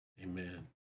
Amen